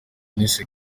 eunice